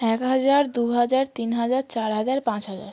এক হাজার দু হাজার তিন হাজার চার হাজার পাঁচ হাজার